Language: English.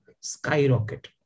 skyrocket